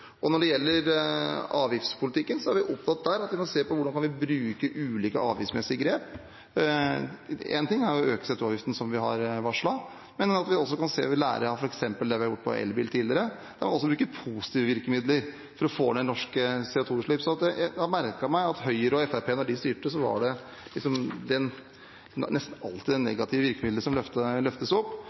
Når det gjelder avgiftspolitikken, er vi opptatt av å se på hvordan vi kan bruke ulike avgiftsmessige grep. Én ting er å øke CO 2 -avgiften, som vi har varslet, og vi kan også lære av f.eks. det vi har gjort på elbiler tidligere, der vi også bruker positive virkemidler for å få ned norske CO 2 -utslipp. Jeg merket meg at det nesten alltid var det negative virkemidlet som ble løftet fram da Høyre og Fremskrittspartiet styrte. Vi mener det